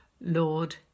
Lord